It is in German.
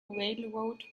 railroad